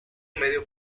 medio